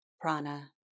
prana